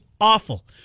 awful